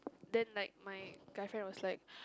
then like my guy friend was like